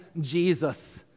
Jesus